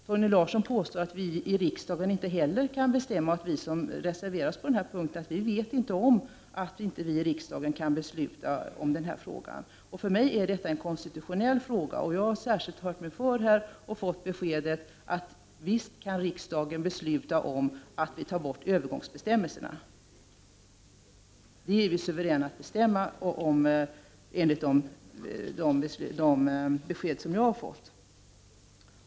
Torgny Larsson påstår att inte heller riksdagen kan bestämma och att vi som reserverar oss på den här punkten inte vet om att riksdagen inte kan besluta om denna fråga. För mig är detta en konstitutionell fråga. Jag har särskilt hört mig för och fått beskedet att visst kan riksdagen besluta om att ta bort övergångsbestämmelserna. Riksdagen är suverän att bestämma detta enligt de besked som jag har fått.